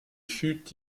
fut